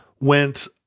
went